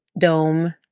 Dome